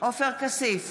עופר כסיף,